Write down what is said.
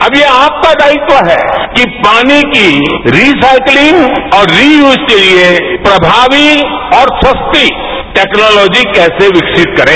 अब ये आपका दायित्व है कि पानी की रिसाइक्लिंग और रीयूज के लिए प्रभावी और सस्ती टेक्नोलॉजी कैसे विकसित करे